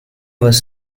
was